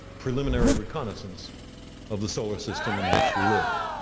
preliminary reconnaissance of the solar system in which we live.